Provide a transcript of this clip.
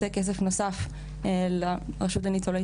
להביע צער על כך שתוכניות חדשות למען ניצולי